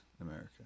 America